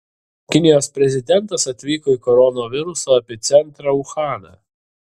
kinijos prezidentas atvyko į koronaviruso epicentrą uhaną